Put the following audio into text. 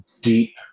deep